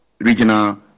regional